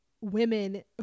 women